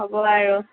হ'ব বাৰু